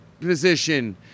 position